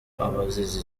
abazize